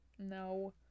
No